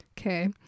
okay